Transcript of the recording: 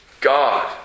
God